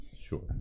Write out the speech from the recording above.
sure